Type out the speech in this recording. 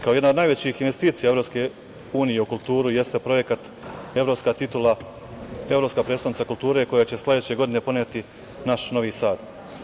Kao jedna od najvećih investicija EU u kulturu jeste projekat – Evropska prestonica kulture, koja će sledeće godine poneti naš Novi Sad.